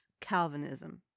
Calvinism